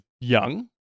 young